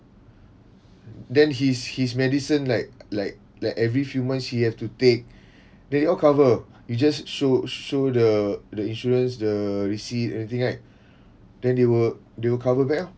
then his his medicine like like like every few months he have to take they all cover you just show show the the insurance the receipt everything right then they will they will cover back oh